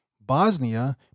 Bosnia